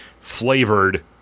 flavored